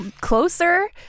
closer